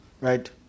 Right